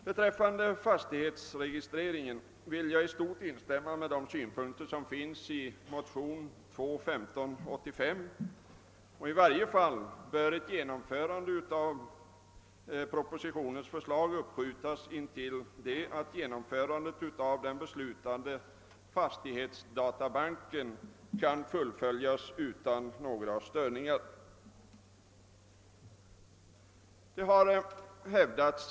Vad fastighetsregistreringen beträffar vill jag i stort instämma i de synpunkter som framförts i motionen II: 1585. I varje fall bör ett genomförande av propositionens förslag uppskjutas till dess att den beslutade fastighetsdatabanken kan fungera utan störningar.